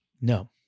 No